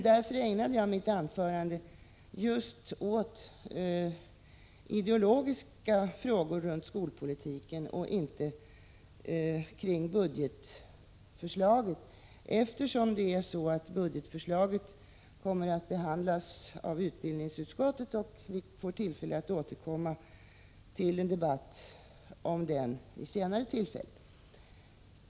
Därför ägnade jag mitt anförande åt just ideologiska frågor runt skolpolitiken och inte åt budgetförslaget — budgetförslaget kommer ju att behandlas av utbildningsutskottet, och vi får tillfälle att återkomma till det vid senare tillfälle.